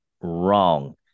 wrong